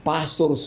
Pastor